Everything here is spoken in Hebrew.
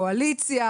קואליציה.